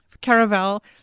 caravel